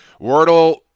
Wordle